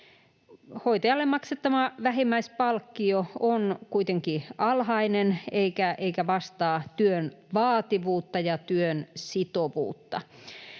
Hoitajalle maksettava vähimmäispalkkio on kuitenkin alhainen eikä vastaa työn vaativuutta ja työn sitovuutta.